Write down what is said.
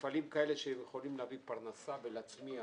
מפעלים כאלה שיכולים להביא פרנסה ולהצמיח